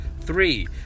Three